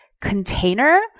container